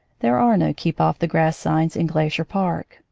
there are no keep-off-the-grass signs in glacier park,